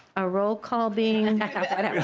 a roll call being and